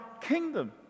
kingdom